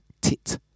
tit